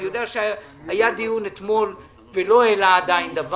אני יודע שאתמול היה דיון שעדיין לא העלה דבר.